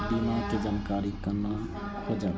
बीमा के जानकारी कोना खोजब?